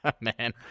man